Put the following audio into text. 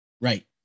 right